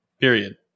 Period